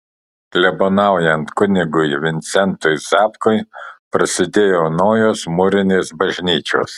klebonaujant kunigui vincentui zapkui prasidėjo naujos mūrinės bažnyčios